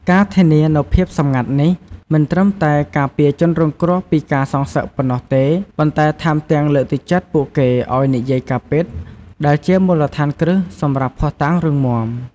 ការធានានូវភាពសម្ងាត់នេះ មិនត្រឹមតែការពារជនរងគ្រោះពីការសងសឹកប៉ុណ្ណោះទេ ប៉ុន្តែថែមទាំងលើកទឹកចិត្តពួកគេឲ្យនិយាយការពិត ដែលជាមូលដ្ឋានគ្រឹះសម្រាប់ភស្តុតាងរឹងមាំ។